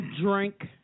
drink